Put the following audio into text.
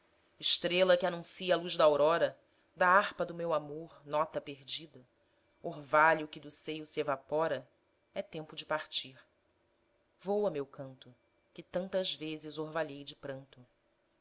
estrela que anuncia a luz da aurora da harpa do meu amor nota perdida orvalho que do seio se evapora é tempo de partir voa meu canto que tantas vezes orvalhei de pranto